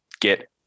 get